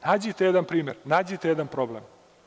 Nađite jedan primer, nađite jedan problem.